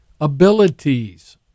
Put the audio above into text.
abilities